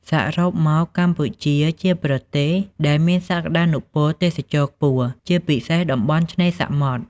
សរុបមកកម្ពុជាជាប្រទេសដែលមានសក្តានុពលទេសចរណ៍ខ្ពស់ ជាពិសេសតំបន់ឆ្នេរសមុទ្រ។